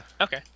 Okay